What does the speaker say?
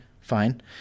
Fine